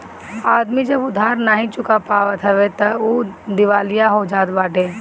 आदमी जब उधार नाइ चुका पावत हवे तअ उ दिवालिया हो जात बाटे